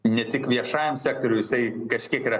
ne tik viešajam sektoriui jisai kažkiek yra